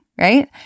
Right